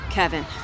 Kevin